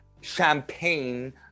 champagne